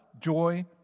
joy